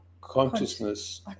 consciousness